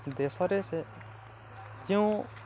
ଦେଶରେ ସେ ଯେଉଁ